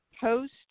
Post